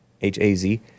H-A-Z